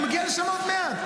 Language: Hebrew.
אני מגיע לשם עוד מעט.